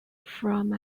from